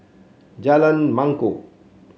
Jalan Mangkok